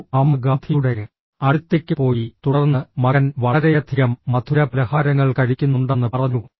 ഒരു അമ്മ ഗാന്ധിയുടെ അടുത്തേക്ക് പോയി തുടർന്ന് മകൻ വളരെയധികം മധുരപലഹാരങ്ങൾ കഴിക്കുന്നുണ്ടെന്ന് പറഞ്ഞു